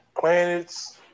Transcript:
planets